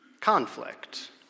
conflict